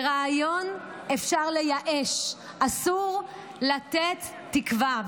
רעיון אפשר לייאש ואסור לתת לו תקווה.